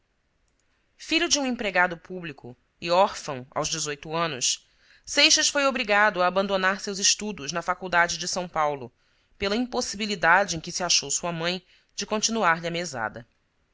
filho de um empregado público e órfão aos dezoito anos seixas foi obrigado a abandonar seus estudos na faculdade de são paulo pela impossibilidade em que se achou sua mãe de continuar lhe a mesada